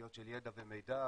תשתיות של ידע ומידע,